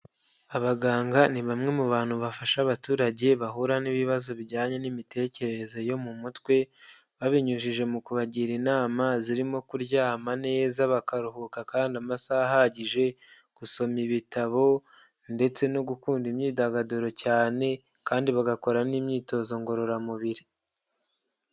Abaganga ni bamwe mu bantu bafasha abaturage bahura n'ibibazo bijyanye n'imitekerereze yo mu mutwe babinyujije mu kubagira inama zirimo kuryama neza bakaruhuka kandi amasaha ahagije, gusoma ibitabo ndetse no gukunda imyidagaduro cyane kandi bagakora n'imyitozo ngororamubiri.